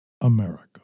America